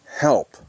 help